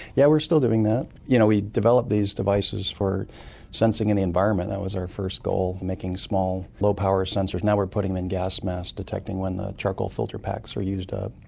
yeah we're still going that. you know we developed these devices for sensing in the environment, that was our first goal, making small low-power sensors. now we're putting them in gas masks, detecting when the charcoal filter packs are used up,